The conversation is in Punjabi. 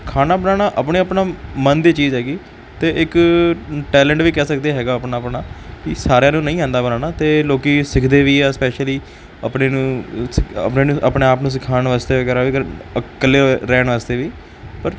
ਖਾਣਾ ਬਣਾਉਣਾ ਆਪਣੇ ਆਪਣਾ ਮਨ ਦੀ ਚੀਜ਼ ਹੈਗੀ ਅਤੇ ਇੱਕ ਟੈਲੈਂਟ ਵੀ ਕਹਿ ਸਕਦੇ ਹੈਗਾ ਆਪਣਾ ਆਪਣਾ ਇਹ ਸਾਰਿਆਂ ਨੂੰ ਨਹੀਂ ਆਉਂਦਾ ਬਣਾਉਣਾ ਅਤੇ ਲੋਕ ਸਿੱਖਦੇ ਵੀ ਆ ਸਪੈਸ਼ਲੀ ਆਪਣੇ ਨੂੰ ਸ ਆਪਣੇ ਨੂੰ ਆਪਣੇ ਆਪ ਨੂੰ ਸਿਖਾਉਣ ਵਾਸਤੇ ਵਗੈਰਾ ਵੀ ਕਰ ਇਕੱਲੇ ਰਹਿਣ ਵਾਸਤੇ ਵੀ ਪਰ